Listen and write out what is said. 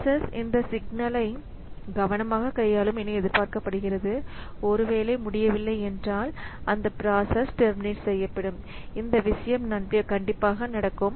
process இந்த சிக்னல்களை கவனமாக கையாளும் என எதிர்பார்க்கப்படுகிறது ஒருவேளை முடியவில்லை என்றால் அந்த ப்ராசஸ் டெர்மினேட் செய்யப்படும் இந்த விஷயம் நடக்கும்